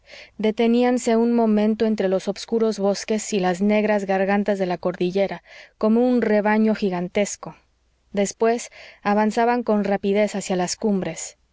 valles deteníanse un momento entre los obscuros bosques y las negras gargantas de la cordillera como un rebaño gigantesco después avanzaban con rapidez hacia las cumbres